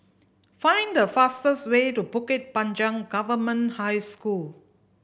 find the fastest way to Bukit Panjang Government High School